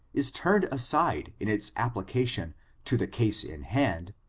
is turned aside in its application to the case in hand,